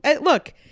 look